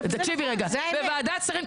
תקשיבי רגע: בוועדת שרים,